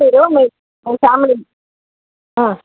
చూడూ మీ మీ ఫ్యామిలీ